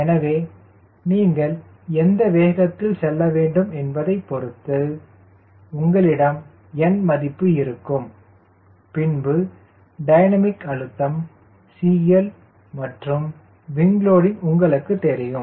எனவே நீங்கள் எந்த வேகத்தில் செல்லவேண்டும் என்பதை பொருத்தது உங்களிடம் n மதிப்பு இருக்கும் பின்பு டைனமிக் அழுத்தம் CL மற்றும் விங் லோடிங் உங்களுக்குத் தெரியும்